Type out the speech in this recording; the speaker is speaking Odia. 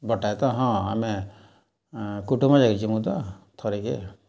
ବଡ଼୍ଟା ଏ ତ ହଁ ଆମେ କୁଟୁମ୍ବ ଯାଏକ୍ ଜୀବି ଯିମୁଁ ତ ଥରେକେ